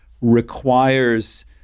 requires